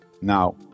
now